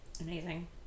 Amazing